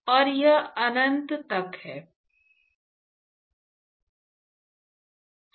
और यह अनंत तक जाता है